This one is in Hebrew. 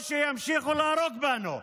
או שימשיכו להרוג אותנו.